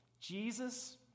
Jesus